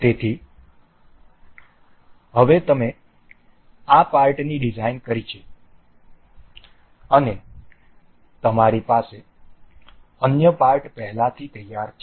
તેથી હવે તમે આ પાર્ટની ડિઝાઇન કરી છે અને તમારી પાસે અન્ય પાર્ટ પહેલાથી તૈયાર છે